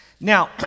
Now